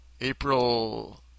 April